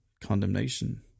condemnation